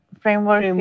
framework